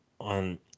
on